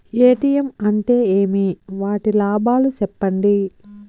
ATM అంటే ఏమి? వాటి లాభాలు సెప్పండి